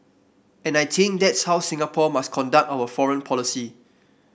and I think that's how Singapore must conduct our foreign policy